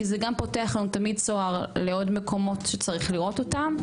כי זה גם פותח לנו תמיד צוהר לעוד מקומות שצריך לראות אותם.